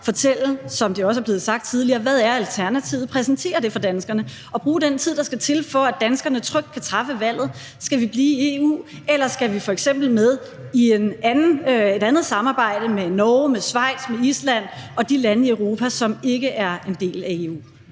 fortælle, som det også blev sagt tidligere, hvad alternativet er, præsentere det for danskerne og bruge den tid, der skal til, for at danskerne trygt kan træffe valget: Skal vi blive i EU, eller skal vi f.eks. med i et andet samarbejde med Norge, med Schweiz, med Island og de lande i Europa, som ikke er en del af EU?